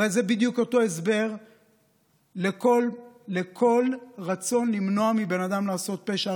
הרי זה בדיוק אותו הסבר לכל רצון למנוע מבן אדם לעשות פשע.